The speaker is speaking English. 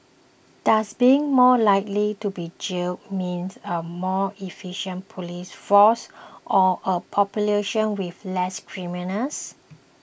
does being more likely to be jailed mean a more efficient police force or a population with less criminals